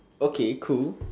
okay cool